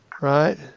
Right